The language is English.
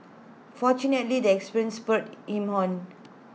fortunately the experience spurred him on